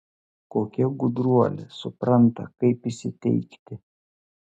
kokia gudruolė supranta kaip įsiteikti